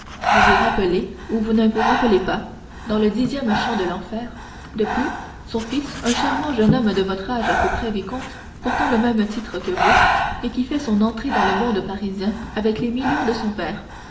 vous vous rappelez ou vous ne vous rappelez pas dans le dixième chant de l'enfer de plus son fils un charmant jeune homme de votre âge à peu près vicomte portant le même titre que vous et qui fait son entrée dans le monde parisien avec les millions de son père